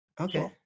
Okay